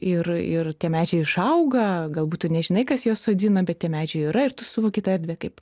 ir ir tie medžiai išauga galbūt tu nežinai kas juos sodina bet tie medžiai yra ir tu suvoki tą erdvę kaip